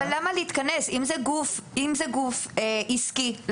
אם זה גוף עסקי,